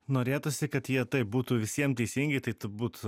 norėtųsi kad jie taip būtų visiem teisingi tai turbūt